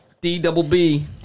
D-double-B